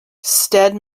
stead